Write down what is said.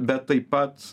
bet taip pat